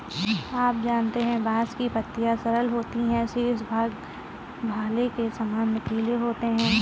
आप जानते है बांस की पत्तियां सरल होती है शीर्ष भाग भाले के सामान नुकीले होते है